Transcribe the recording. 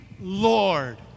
Lord